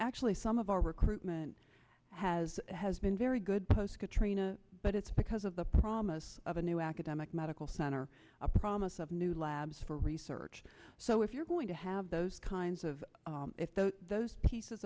actually some of our recruitment has been very good post katrina but it's because of the promise of a new academic medical center a promise of new labs for research so if you're going to have those kinds of if those